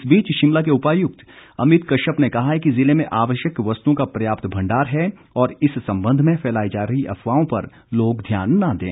इस बीच शिमला के उपायुक्त अमित कश्यप ने कहा है कि जिले में आवश्यक वस्तुओं का पर्याप्त भंडार है और इस संबंध में फैलाई जा रही अफवाहों पर लोग ध्यान न दें